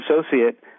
associate